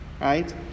right